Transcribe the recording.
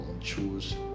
choose